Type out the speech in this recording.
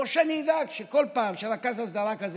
או שאני אדאג שכל פעם שרכז הסדרה כזה